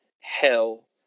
hell